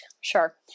Sure